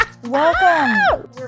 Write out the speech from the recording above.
Welcome